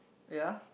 ya